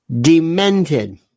demented